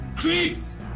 creeps